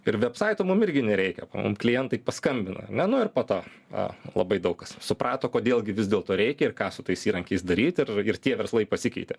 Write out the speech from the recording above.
ir vebsaito mum irgi nereikia mum klientai paskambina ane nu ir po to a labai daug kas suprato kodėl gi vis dėlto reikia ir ką su tais įrankiais daryti ir ir tie verslai pasikeitė